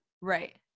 Right